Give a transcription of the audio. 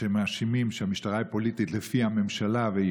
שמאשימים שהמשטרה היא פוליטית לפי הממשלה והיא